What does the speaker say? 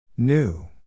New